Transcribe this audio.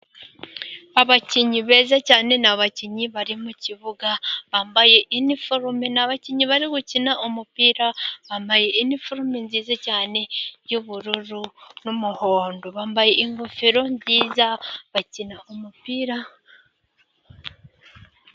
Abakinnyi beza cyane ni abakinnyi bari mu kibuga bambaye iniforume. Ni abakinnyi barimo gukina umupira bambaye iniforume nziza cyane y'ubururu n'umuhondo, bambaye ingofero nziza bakina umupira.